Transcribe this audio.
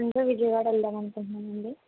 అంటే విజయవాడ వెళ్దాం అనుకుంటున్నామండి